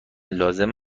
لازم